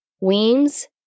Weems